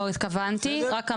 בסדר?